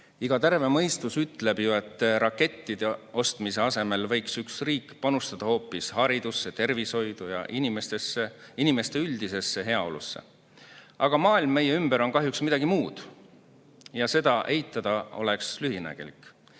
Terve mõistus ütleb ju, et rakettide ostmise asemel võiks riik panustada hoopis haridusse, tervishoidu ja inimestesse, inimeste üldisesse heaolusse, aga maailm meie ümber on kahjuks midagi muud ja seda eitada oleks lühinägelik.